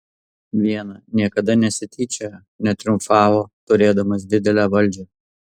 viena niekada nesityčiojo netriumfavo turėdamas didelę valdžią